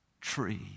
tree